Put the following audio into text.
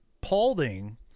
Paulding